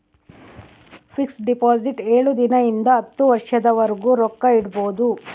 fix deposit ಏಳು ದಿನ ಇಂದ ಹತ್ತು ವರ್ಷದ ವರ್ಗು ರೊಕ್ಕ ಇಡ್ಬೊದು